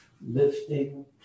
lifting